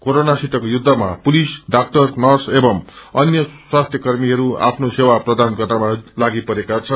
क्रोरोनासितको युद्धमा police doctor nurse एवं अन्य स्वास्थ्यकर्मीहरू आफ्नो सेवा प्रदान गर्नमा लागिपरेका छन्